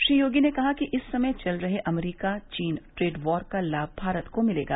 श्री योगी ने कहा कि इस समय चल रहे अमरीका चीन ट्रेड वार का लाम भारत को मिलेगा